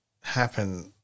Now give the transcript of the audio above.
happen